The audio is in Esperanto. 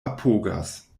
apogas